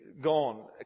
gone